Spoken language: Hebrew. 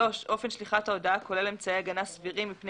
אופן שליחת ההודעה כלל אמצעי הגנה סבירים מפני